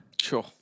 Sure